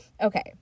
Okay